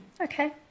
okay